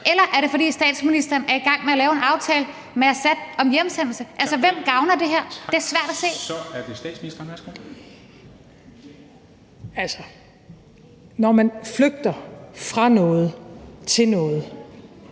Eller er det, fordi statsministeren er i gang med at lave en aftale med Assad om hjemsendelse? Altså, hvem gavner det her? Det er svært at se. Kl. 00:19 Formanden (Henrik